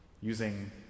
using